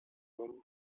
room